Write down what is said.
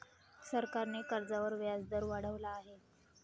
सरकारने कर्जावर व्याजदर वाढवला आहे